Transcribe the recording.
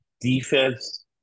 defense